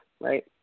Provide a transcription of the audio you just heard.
right